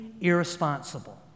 irresponsible